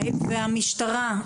והמשטרה,